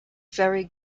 very